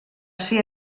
ser